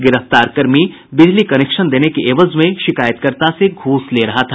गिरफ्तार कर्मी बिजली कनेक्शन देने के एवज में शिकायतकर्ता से घूस ले रहा था